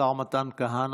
השר מתן כהנא,